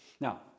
Now